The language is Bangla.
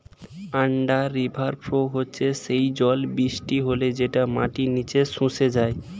আন্ডার রিভার ফ্লো হচ্ছে সেই জল বৃষ্টি হলে যেটা মাটির নিচে শুষে যায়